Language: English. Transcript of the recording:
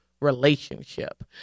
relationship